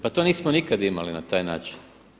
Pa to nismo nikada imali na taj način.